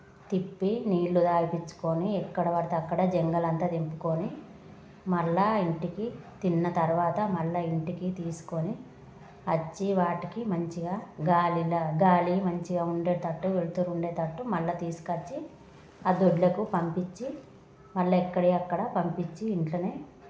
తిప్పి నీళ్ళు తాగించుకొని ఎక్కడ పడితే అక్కడ జంగల్ అంతా తింపుకొని మళ్ళీ ఇంటికి తిన్న తరువాత మళ్ళీ ఇంటికి తీసుకొని వచ్చి వాటికి మంచిగా గాలి గాలి మంచిగా ఉండేటట్టు వెళుతురు ఉండేటట్టు మళ్ళీ తీసుకొచ్చి ఆ దొడ్లకు పంపించి మళ్ళీ ఎక్కడివి అక్కడ పంపించి ఇంట్లోనే